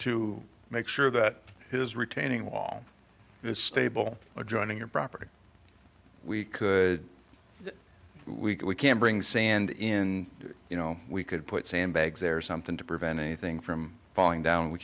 to make sure that his retaining wall is stable adjoining your property we could we can we can bring sand in you know we could put sandbags there's something to prevent anything from falling down